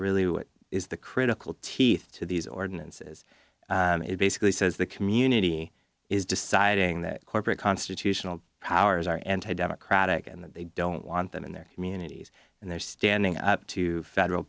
really what is the critical teeth to these ordinances and it basically says the community is deciding that corporate constitutional powers are anti democratic and that they don't want them in their communities and they're standing up to federal